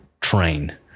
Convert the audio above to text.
train